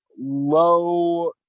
low